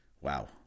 Wow